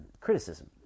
criticism